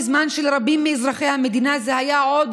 בזמן שלרבים מאזרחי המדינה זה היה עוד